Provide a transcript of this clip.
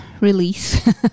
release